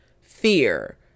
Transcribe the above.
fear